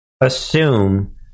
assume